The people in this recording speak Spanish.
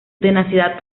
tenacidad